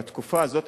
בתקופה הזאת,